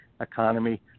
economy